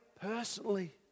personally